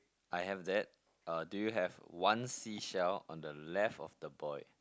I have that uh do you have one seashell on the left of the boy